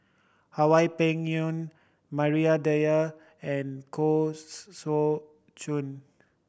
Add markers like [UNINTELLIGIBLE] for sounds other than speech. Hwa Peng Yun Maria Dyer and Koh [UNINTELLIGIBLE] Saw Chun